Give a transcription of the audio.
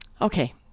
Okay